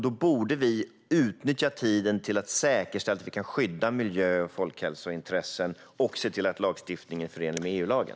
Då borde vi utnyttja tiden till att säkerställa att vi kan skydda miljö och folkhälsointressen och se till att lagstiftningen är förenlig med EU-lagen.